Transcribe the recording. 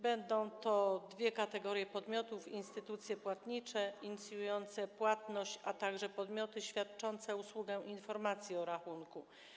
Będą dwie kategorie takich podmiotów: instytucje płatnicze inicjujące płatność, a także podmioty świadczące usługę dostępu do informacji o rachunku.